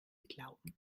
glauben